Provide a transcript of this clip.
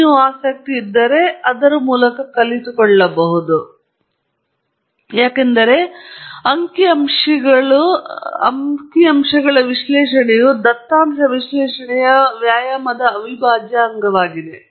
ಮತ್ತು ನೀವು ಆಸಕ್ತಿ ಇದ್ದರೆ ನೀವು ಅದರ ಮೂಲಕ ಕುಳಿತುಕೊಳ್ಳಬೇಕು ಏಕೆಂದರೆ ಇದು ಪ್ರತಿ ಅಂಕಿಅಂಶಗಳ ದತ್ತಾಂಶ ವಿಶ್ಲೇಷಣೆಯ ವ್ಯಾಯಾಮದ ಅವಿಭಾಜ್ಯ ಅಂಗವಾಗಿದೆ